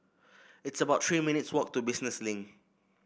it's about Three minutes' walk to Business Link